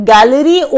Gallery